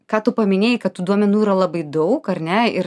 ką tu paminėjai kad tų duomenų yra labai daug ar ne ir